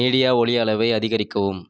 media ஒலியளவை அதிகரிக்கவும்